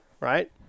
Right